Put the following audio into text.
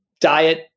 diet